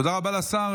תודה רבה לשר.